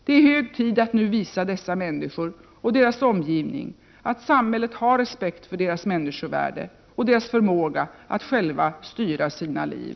Det är hög tid att nu visa dessa människor och deras omgivning att samhället har respekt för deras människovärde och deras förmåga att själva styra sina liv.